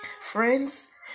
Friends